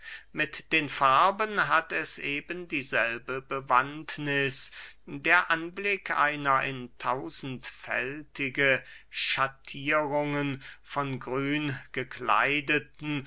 mit den farben hat es eben dieselbe bewandtniß der anblick einer in tausendfältige schattierungen von grün gekleideten